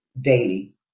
daily